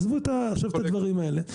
עזבו עכשיו את הדברים האלה.